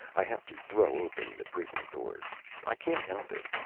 i have to throw open the prison doors i can't help it.